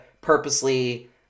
purposely